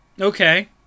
Okay